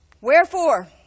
Wherefore